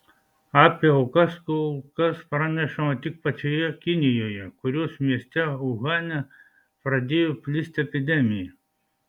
apie aukas kol kas pranešama tik pačioje kinijoje kurios mieste uhane pradėjo plisti epidemija